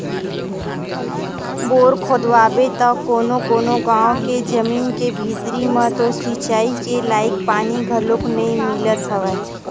bore खोदवाबे त कोनो कोनो गाँव के जमीन के भीतरी म तो सिचई के लईक पानी घलोक नइ मिलत हवय